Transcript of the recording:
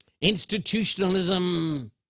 Institutionalism